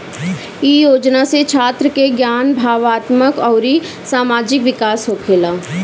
इ योजना से छात्र के ज्ञान, भावात्मक अउरी सामाजिक विकास होखेला